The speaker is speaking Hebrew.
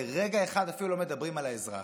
ורגע אחד אפילו לא מדברים על האזרח.